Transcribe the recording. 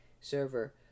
server